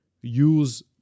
use